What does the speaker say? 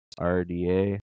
RDA